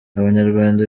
abanyarwanda